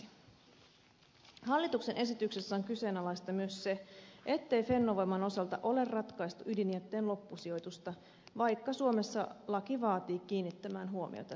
hallituksen esityksessä on kyseenalaista myös se ettei fennovoiman osalta ole ratkaistu ydinjätteen loppusijoitusta vaikka suomessa laki vaatii kiinnittämään huomiota siihen